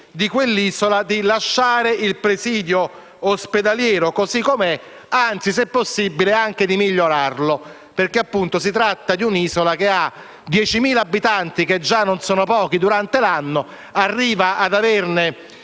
dell'isola, di lasciare il presidio ospedaliero così com'è; anzi, se possibile, di migliorarlo. Parliamo infatti di un'isola che ha 10.000 abitanti, che già non sono pochi, durante l'anno, e che arriva ad averne